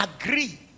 agree